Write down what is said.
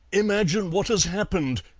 imagine what has happened!